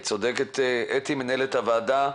אתי, מנהלת הוועדה,